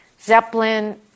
Zeppelin